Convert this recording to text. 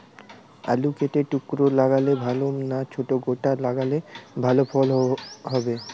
আলু কেটে টুকরো লাগালে ভাল না ছোট গোটা লাগালে ফলন ভালো হবে?